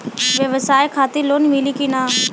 ब्यवसाय खातिर लोन मिली कि ना?